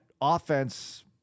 offense